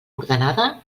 ordenada